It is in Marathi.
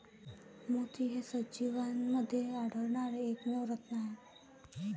मोती हे सजीवांमध्ये आढळणारे एकमेव रत्न आहेत